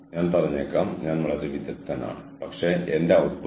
തിരഞ്ഞെടുക്കുന്ന ജോലിക്കാരൻ തിരിച്ചറിയൽ വ്യക്തിഗത ഇഫക്റ്റുകൾ ക്ഷേമം എന്നിവയുണ്ട്